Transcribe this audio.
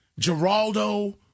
Geraldo